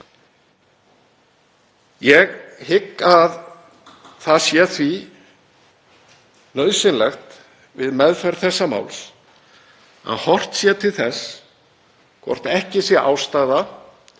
Ég hygg að því sé nauðsynlegt við meðferð þessa máls að horft sé til þess hvort ekki sé ástæða